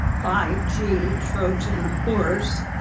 five g trojan horse.